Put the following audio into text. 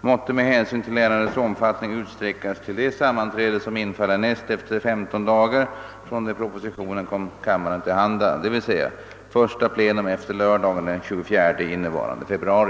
måtte med hänsyn till ärendets omfattning utsträckas till det sammanträde som infaller näst efter femton dagar från det propositionen kom kammaren till handa, d. v. s. första plenum efter lördagen den 24 innevarande februari.